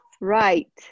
Right